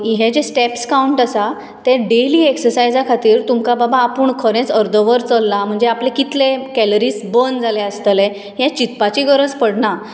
हे जे steps counts आसा ते डेयली एक्सरसायजा खातीर तुमकां बाबा आपूण खरेंच अर्दवर चल्लां म्हणजे आपले कितले कॅलरीज बर्न जाल्या आसतले हें चितपाची गरज पडना